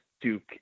Duke